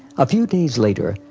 a few days later,